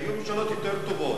היו ממשלות יותר טובות.